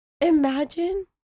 imagine